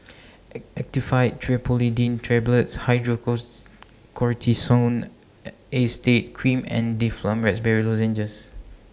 Actifed Triprolidine Tablets Acetate Cream and Difflam Raspberry Lozenges